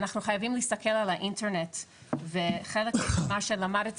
אנחנו חייבים להסתכל על האינטרנט וחלק ממה שלמדתי